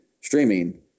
streaming